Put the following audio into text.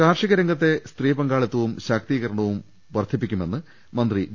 കാർഷിക രംഗത്തെ സ്ത്രീ പങ്കാളിത്തവും ശാക്തീകരണവും വർദ്ധിപ്പിക്കുമെന്ന് മന്ത്രി വി